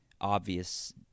obvious